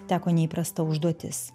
teko neįprasta užduotis